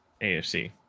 AFC